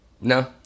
No